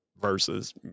versus